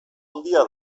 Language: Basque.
handia